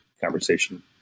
conversation